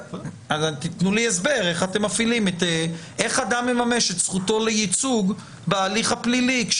תנו לי הסבר איך אדם מממש את זכותו לייצוג בהליך הפלילי כאשר